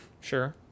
Sure